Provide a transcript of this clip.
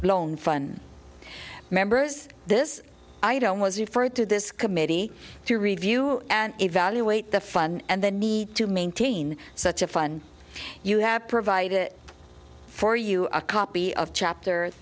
loan fund members this item was referred to this committee to review and evaluate the fun and the need to maintain such a fun you have provided for you a copy of chapter